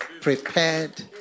prepared